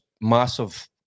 massive